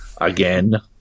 again